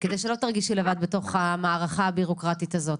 כדי שלא תרגישי לבד בתוך המערכה הביורוקרטית הזאת.